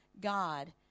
God